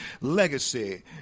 Legacy